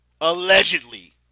Allegedly